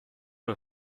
her